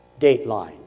Dateline